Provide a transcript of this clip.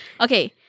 okay